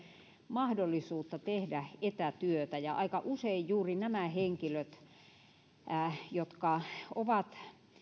mahdollisuutta tehdä etätyötä aika usein juuri nämä henkilöt